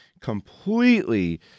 completely